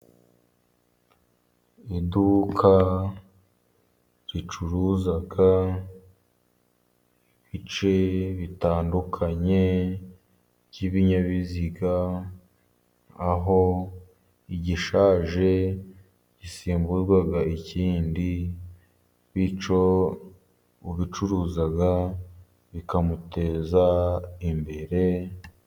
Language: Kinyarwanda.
Iduka ricuruza ibice bitandukanye by'ibinyabiziga, aho igishaje gisimbuzwa ikindi bityo ubicuruza bikamuteza imbere.